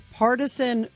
partisan